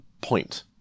point